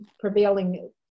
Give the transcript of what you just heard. prevailing